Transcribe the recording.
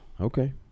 Okay